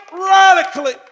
Radically